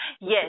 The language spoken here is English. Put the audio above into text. Yes